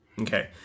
Okay